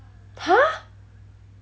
!huh!